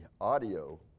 audio